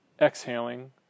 Exhaling